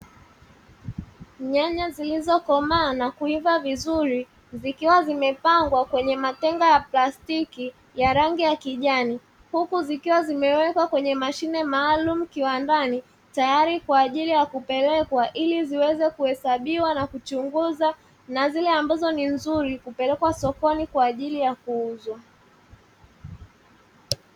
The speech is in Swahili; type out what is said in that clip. Nyanya zilizokomaa na kuiva vizuri zikiwa zimepangwa kwenye matenga ya plastiki ya rangi ya kijani huku zikiwa zimewekwa kwenye mashine maalumu kiwandani tayari kwa ajili ya kupelekwa, ili ziweze kuhesabiwa na kuchunguzwa na zile ambazo ni nzuri kupelekwa sokoni kwa ajili ya kuuzwa.